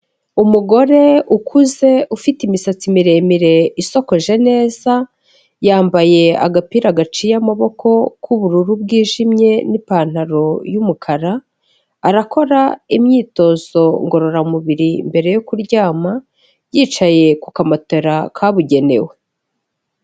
Umugore ukuze ufite imisatsi miremire isokoje neza yambaye agapira gaciyemo amaboko k'ubururu bwijimye n'ipantaro y'umukara arakora imyitozo ngororamubiri, imbere yo kuryama yicaye ku kamatera kabugenewe.